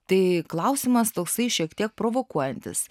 tai klausimas toksai šiek tiek provokuojantis